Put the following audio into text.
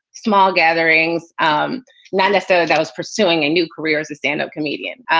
small gathering's um lannister that was pursuing a new career as a standup comedian.